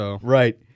Right